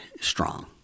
strong